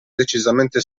decisamente